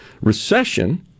recession